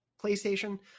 playstation